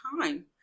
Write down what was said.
time